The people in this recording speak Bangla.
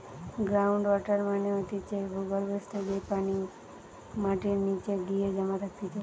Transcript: গ্রাউন্ড ওয়াটার মানে হতিছে ভূর্গভস্ত, যেই পানি মাটির নিচে গিয়ে জমা থাকতিছে